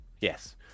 yes